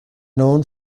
known